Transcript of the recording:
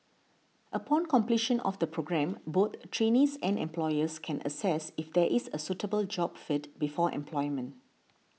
upon completion of the programme both trainees and employers can assess if there is a suitable job fit before employment